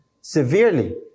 Severely